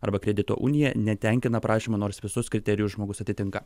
arba kredito unija netenkina prašymo nors visus kriterijus žmogus atitinka